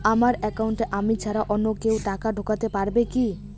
আমার একাউন্টে আমি ছাড়া অন্য কেউ টাকা ঢোকাতে পারবে কি?